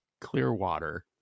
Clearwater